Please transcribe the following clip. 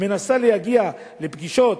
מנסה להגיע לפגישות,